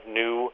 new